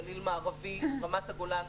גליל מערבי ורמת הגולן